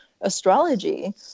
astrology